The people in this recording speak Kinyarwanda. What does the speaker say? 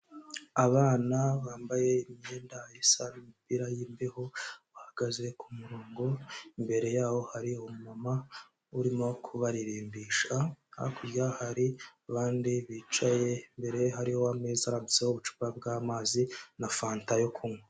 Abana bambaye imyenda isa y'imipira y'imbeho, bahagaze ku murongo, imbere yaho hari umumama urimo kubaririmbisha, hakurya hari abandi bicaye imbere hariho ameza araditseho ubucupa bw'amazi na fanta yo kunywa.